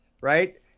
right